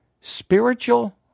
spiritual